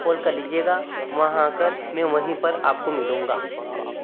call कर लीजिएगा वहाँ आकर मैं वहीं पर आपको मिलूँगा